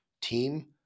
team